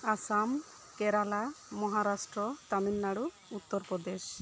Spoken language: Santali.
ᱟᱥᱟᱢ ᱠᱮᱨᱟᱞᱟ ᱢᱚᱦᱟᱨᱟᱥᱴᱨᱚ ᱛᱟᱢᱤᱞ ᱱᱟᱲᱩ ᱩᱛᱛᱚᱨ ᱯᱨᱚᱫᱮᱥ